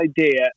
idea